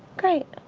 great.